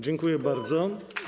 Dziękuję bardzo.